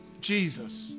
Jesus